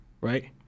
right